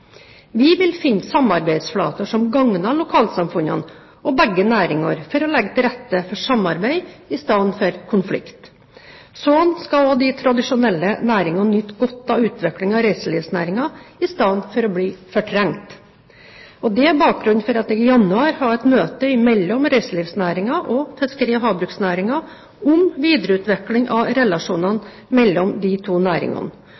Vi vil finne samarbeidsflater som gagner lokalsamfunnene og begge næringer for å legge til rette for samarbeid i stedet for konflikt. Slik skal også de tradisjonelle næringene nyte godt av utviklingen av reiselivsnæringen i stedet for å bli fortrengt. Dette er bakgrunnen for at jeg i januar hadde et møte mellom reiselivsnæringen og fiskeri- og havbruksnæringen om videreutviklingen av relasjonene mellom de to næringene.